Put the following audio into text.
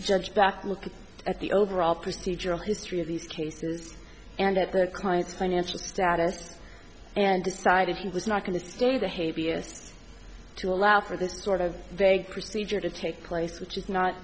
judge back a look at the overall procedural history of these cases and at their client's financial status and decided he was not going to stay the hague b s to allow for this sort of vague procedure to take place which is not